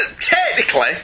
Technically